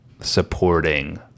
supporting